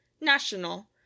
national